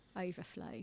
overflow